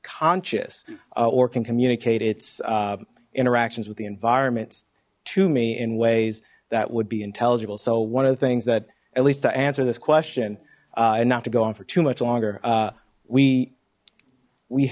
conscious or can communicate its interactions with the environments to me in ways that would be intelligible so one of the things that at least to answer this question and not to go on for too much longer we we